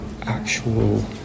actual